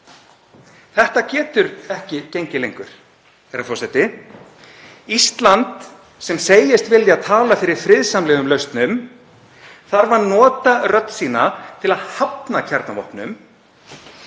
Þetta getur ekki gengið lengur, herra forseti. Ísland, sem segist vilja tala fyrir friðsamlegum lausnum, þarf að nota rödd sína til að hafna kjarnavopnum